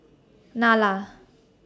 Nalla